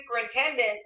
superintendent